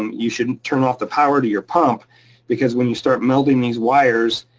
um you should turn off the power to your pump because when you start melting these wires,